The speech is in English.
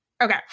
okay